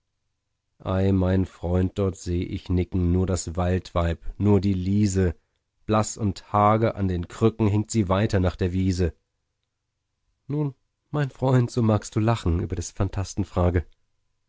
ei mein freund dort seh ich nicken nur das waldweib nur die lise blaß und hager an den krücken hinkt sie weiter nach der wiese nun mein freund so magst du lachen über des phantasten frage